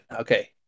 Okay